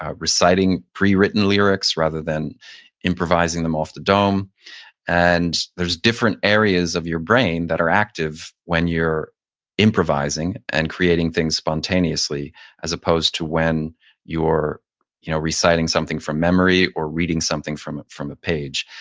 ah reciting pre-written lyrics rather than improvising them off the dome and there's different areas of your brain that are active when you're improvising and creating things spontaneously as opposed to when you're you know reciting something from memory or reading something from from a page.